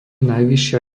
najvyššia